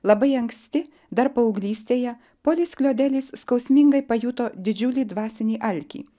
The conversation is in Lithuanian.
labai anksti dar paauglystėje polis klodelis skausmingai pajuto didžiulį dvasinį alkį